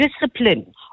discipline